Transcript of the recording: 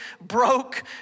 broke